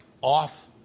off